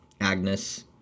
Agnes